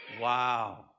wow